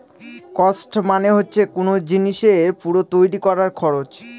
cost মানে হচ্ছে কোন জিনিসের পুরো তৈরী করার খরচ